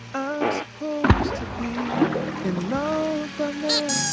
i'm supposed to be in love by now.